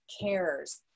cares